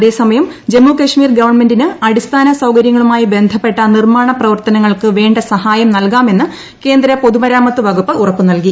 അതേസമയം ജമ്മുകാശ്മീർ ഗവൺമെന്റിന് അടിസ്ഥാന സൌകര്യങ്ങളുമായി ബന്ധപ്പെട്ട നിർമ്മാണ പ്രവർത്തനങ്ങൾക്ക് വേണ്ട സഹായം നൽകാമെന്ന് കേന്ദ്ര പൊതുമരാമത്ത് വകുപ്പ് ഉറപ്പു നൽകി